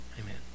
Amen